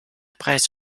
preis